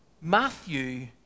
Matthew